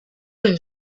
une